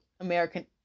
American